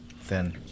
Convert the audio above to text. thin